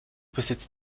besitzt